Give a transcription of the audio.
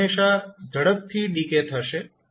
તે હંમેશાં ઝડપથી ડીકે થશે